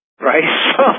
Right